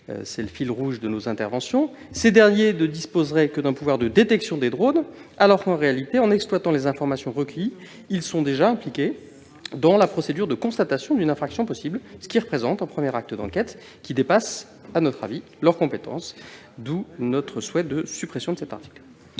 », fil rouge de nos interventions. Ces agents ne disposeraient que d'un pouvoir de détection des drones, alors qu'en réalité, en exploitant les informations recueillies, ils sont déjà impliqués dans la procédure de constatation d'une infraction possible, ce qui représente un premier acte d'enquête qui outrepasse, à notre sens, leurs compétences. C'est pourquoi nous souhaitons la suppression de cet article.